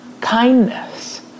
kindness